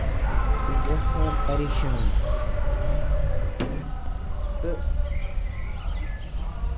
گژھان پَریشان تہٕ